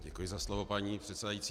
Děkuji za slovo, paní předsedající.